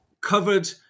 covered